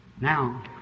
Now